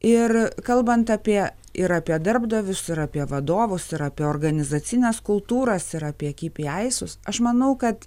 ir kalbant apie ir apie darbdavius ir apie vadovus ir apie organizacines kultūras ir apie kipi aisus aš manau kad